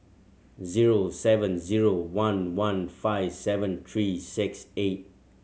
zero seven zero one one five seven three six eight